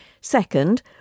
Second